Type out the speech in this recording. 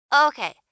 Okay